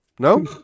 no